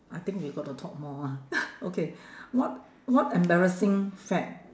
I think we got to talk more ah okay what what embarrassing fad